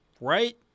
right